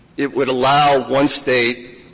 it would allow one state